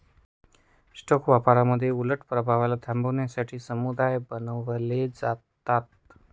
stock व्यापारामध्ये उलट प्रभावाला थांबवण्यासाठी समुदाय बनवले जातात